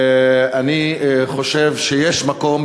אני חושב שיש מקום,